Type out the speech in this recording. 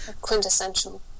Quintessential